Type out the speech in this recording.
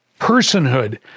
personhood